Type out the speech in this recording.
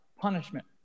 punishment